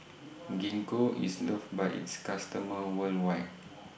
Gingko IS loved By its customers worldwide